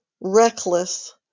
reckless